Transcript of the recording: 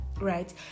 right